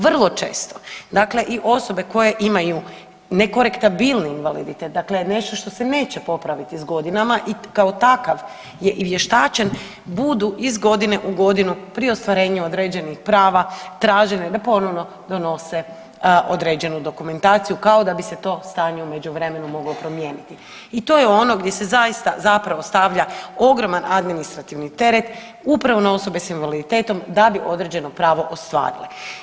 Vrlo često, dakle i osobe koje imaju nekorektabilni invaliditet, dakle nešto što se neće popraviti s godinama i kao takav je i vještačen, budu iz godine u godine pri ostvarenju određenih prava traženi da ponovno donose određenu dokumentaciju, kao da bi se to stanje u međuvremenu moglo promijeniti i to je ono gdje se zaista zapravo stavlja ogroman administrativni teret upravo na osobe s invaliditetom da bi određeno pravo ostvarili.